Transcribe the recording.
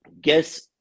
guess